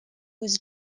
was